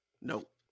Nope